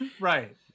Right